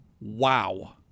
wow